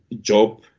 job